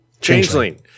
changeling